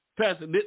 pastor